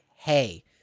hey